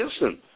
Listen